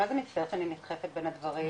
אני מה זה מצטערת שאני נדחפת בין הדברים,